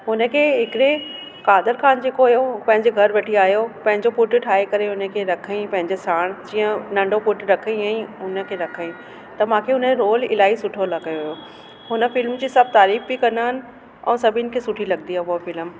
हुनखे हिकिड़े कादर खान जेको हुओ पंहिंजे घर वठी आयो पंहिंजो पुटु ठाहे करे उन खे रखई पंहिंजे साण जीअं नंढो पुटु रखे ईअं ई उन खे रखई त मूंखे हुनजो रोल इलाही सुठो लॻो हुन फिल्म जी सब तारीफ़ बि कंदा आहिनि ऐं सभिनि खे सुठी लॻंदी आहे उहा फिल्म